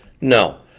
No